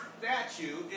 statue